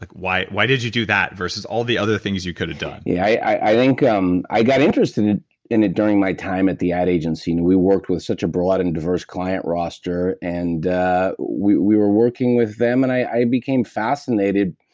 like why why did you do that versus all the other things you could have done? yeah. i think um i got interested in in it during my time at the ad agency. we worked with such a broad and diverse client roster. and we we were working with them and i became fascinated